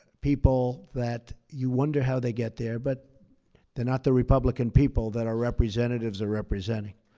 people that you wonder how they get there, but they're not the republican people that our representatives are representing.